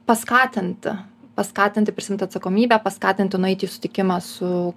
paskatint paskatinti prisiimti atsakomybę paskatinti nueiti į susitikimą su